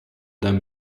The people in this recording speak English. than